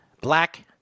Black